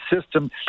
system